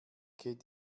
geht